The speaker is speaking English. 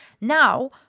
now